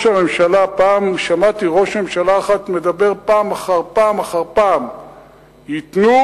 פעם שמעתי ראש ממשלה אחד מדבר פעם אחר פעם אחר פעם: ייתנו